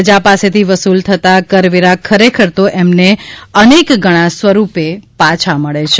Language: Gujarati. પ્રજા પાસેથી વસૂલ થતા કરવેરા ખરેખર તો એમને અનેકગણા સ્વરૂપે પાછા મળે છે